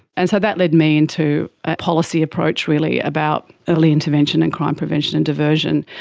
and so that led me into a policy approach really about early intervention and crime prevention and diversion.